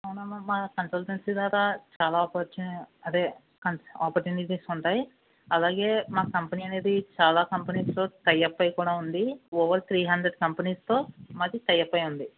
అవునమ్మా మా కన్సల్టెన్సీ ద్వారా చాలా ఆపర్చు అదే ఆపర్చునిటీస్ ఉంటాయి అలాగే మా కంపెనీ అనేది చాలా కంపెనీస్తో టై అప్ అయి కూడా ఉంది ఓవర్ త్రీ హండ్రెడ్ కంపెనీస్తో మాది టై అప్ అయి ఉంది